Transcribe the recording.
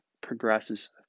progresses